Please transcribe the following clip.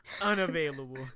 Unavailable